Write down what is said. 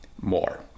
more